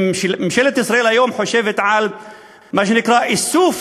ממשלת ישראל היום חושבת על מה שנקרא איסוף